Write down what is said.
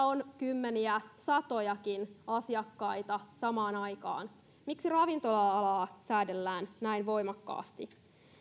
on kymmeniä satojakin asiakkaita samaan aikaan miksi ravintola alaa säädellään näin voimakkaasti